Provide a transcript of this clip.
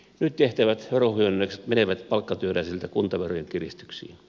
nyt tehtävät verohuojennukset menevät palkkatyöläisiltä kuntaverojen kiristyksiin